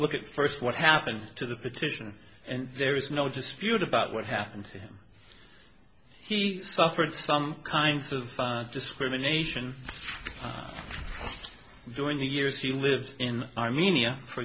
look at first what happened to the petition and there is no dispute about what happened to him he suffered some kinds of discrimination during the years he lived in armenia for